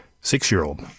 six-year-old